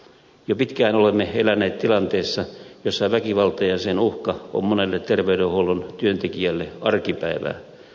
jo pitkään olemme eläneet tilanteessa jossa väkivalta ja sen uhka on monelle terveydenhuollon työntekijälle arkipäivää